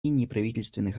неправительственных